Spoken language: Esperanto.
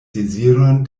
deziron